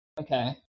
okay